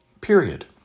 Period